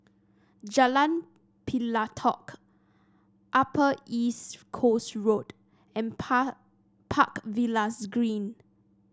Jalan Pelatok Upper East Coast Road and Par Park Villas Green